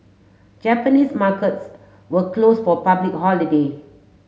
Japanese markets were close for public holiday